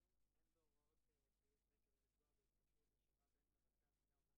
האם זה הכרחי שהוא מבצע את העבודה באמצעות קבלנים?